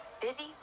Busy